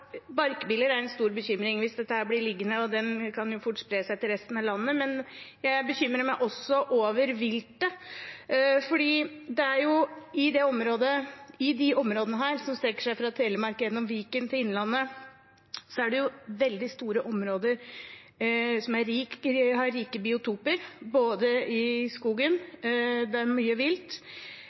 kan fort spre seg til resten av landet. Men jeg bekymrer meg også over viltet, fordi det i disse områdene – som strekker seg fra Telemark gjennom Viken til Innlandet – er veldig store områder som har rike biotoper, og det er mye vilt.